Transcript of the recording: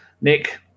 Nick